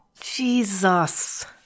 Jesus